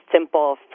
simple